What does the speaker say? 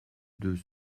deux